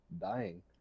dying